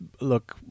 Look